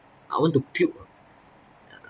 I want to puke uh